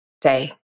day